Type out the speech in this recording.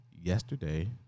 yesterday